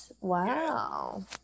Wow